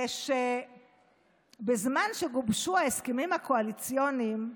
זה שבזמן שגובשו ההסכמים הקואליציוניים,